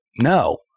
No